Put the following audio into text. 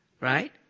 Right